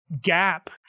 gap